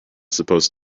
supposed